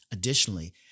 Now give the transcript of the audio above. Additionally